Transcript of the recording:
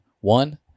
One